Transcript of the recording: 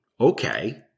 Okay